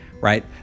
right